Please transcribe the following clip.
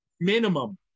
minimum